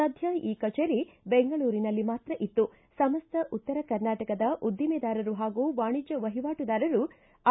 ಸದ್ದ ಈ ಕಭೇರಿ ಬೆಂಗಳೂರಿನಲ್ಲಿ ಮಾತ್ರ ಇತ್ತು ಸಮಸ್ತ ಉತ್ತರ ಕರ್ನಾಟಕದ ಉದ್ದಿಮೆದಾರರು ಹಾಗೂ ವಾಣಿಜ್ಯ ವಹಿವಾಟುದಾರರು ಐ